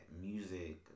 music